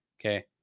Okay